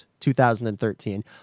2013